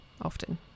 often